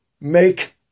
Make